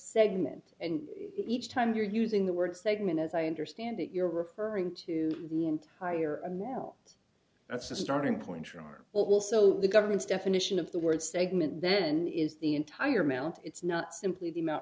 segment and each time you're using the word segment as i understand it you're referring to the entire a moral that's a starting point or are also the government's definition of the word segment then is the entire amount it's not simply the amount